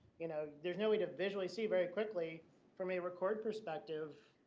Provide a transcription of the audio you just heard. you know, there's no way to visually see very quickly from a record perspective.